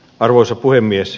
arvoisa puhemies